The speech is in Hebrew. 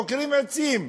עוקרים עצים.